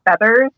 feathers